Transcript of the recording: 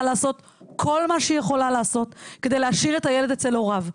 לעשות כל מה שהיא יכולה לעשות כדי להשאיר את הילד אצל הוריו,